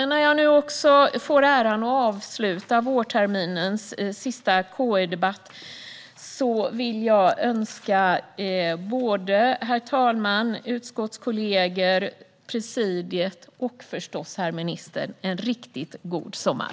När jag nu får äran att avsluta vårterminens sista KU-debatt vill jag önska herr talmannen, utskottskollegor, presidiet och förstås herr ministern en riktig god sommar.